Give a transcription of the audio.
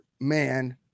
man